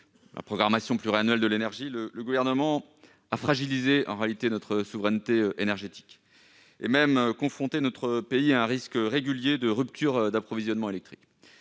la programmation pluriannuelle de l'énergie, le Gouvernement a en réalité fragilisé notre souveraineté énergétique et même confronté notre pays à un risque de ruptures régulières de son approvisionnement électrique.